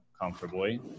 comfortably